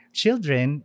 children